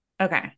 Okay